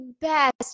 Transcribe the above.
best